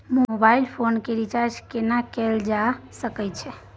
Mobile phone के recharge केना कैल जा सकै छै?